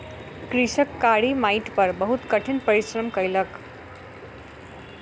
कृषक कारी माइट पर बहुत कठिन परिश्रम कयलक